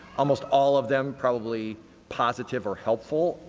almost all of them probably positive or helpful.